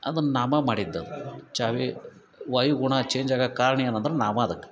ಅದನ್ನು ನಾವು ಮಾಡಿದ್ದು ಅದು ಚಾವಿ ವಾಯುಗುಣ ಚೇಂಜ್ ಆಗಕ್ಕೆ ಕಾರಣ ಏನಂದ್ರೆ ನಾವೇ ಅದಕ್ಕೆ